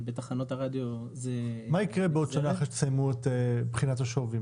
בתחנות הרדיו זה --- מה יקרה בעוד שנה אחרי שתסיימו את בחינת השווי?